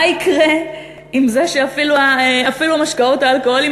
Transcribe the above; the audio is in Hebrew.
מה יקרה עם זה שאפילו המשקאות האלכוהוליים